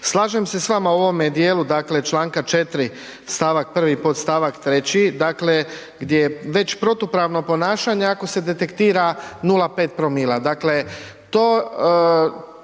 Slažem se s vama u ovome dijelu dakle čl. 3 st. 1. podst. 3., dakle gdje već protupravno ponašanje ako se detektira 0,5 promila,